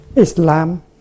Islam